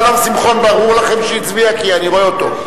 שלום שמחון, ברור לכם שהצביע, כי אני רואה אותו.